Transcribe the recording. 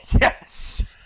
yes